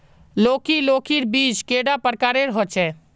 लौकी लौकीर बीज कैडा प्रकारेर होचे?